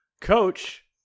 Coach